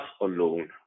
alone